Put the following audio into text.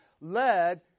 led